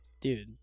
dude